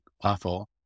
awful